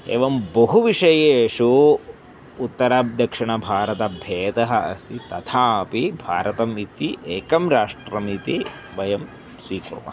एवं बहु विषयेषु उत्तरादक्षिणभारतभेदः अस्ति तथापि भारतम् इति एकं राष्ट्रमिति वयं स्वीकुर्मः